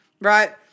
right